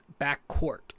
backcourt